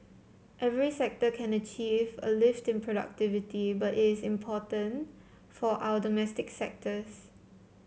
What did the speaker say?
every sector can achieve a lift in productivity but it is important for our domestic sectors